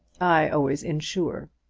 i always insure.